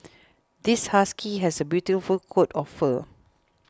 this husky has a beautiful coat of fur